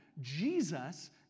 Jesus